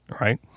right